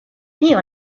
tio